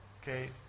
Okay